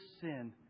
sin